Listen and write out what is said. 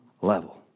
level